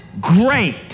great